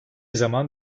zaman